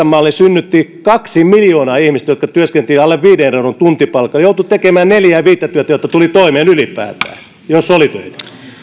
malli synnytti kaksi miljoonaa ihmistä jotka työskentelivät alle viiden euron tuntipalkalla joutui tekemään neljää viittä työtä jotta tuli toimeen ylipäätään jos oli